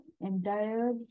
entire